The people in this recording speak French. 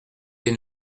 des